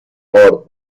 آرد